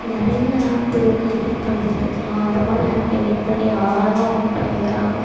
நிறைய ஆப் இருக்கு எடிட் பண்ணுறத்துக்கலாம் அது மாதிரி ஆப் எடிட் பண்ணி அழகழகாக ஃபோட்டோ எடுக்கிறாங்க